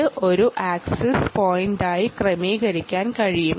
ഇത് ഒരു ആക്സസ് പോയിന്റായി ക്രമീകരിക്കാൻ കഴിയും